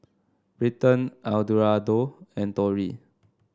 Britton Eduardo and Tori